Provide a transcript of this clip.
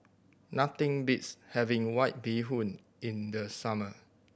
nothing beats having White Bee Hoon in the summer